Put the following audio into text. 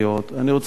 אני רוצה להגיד,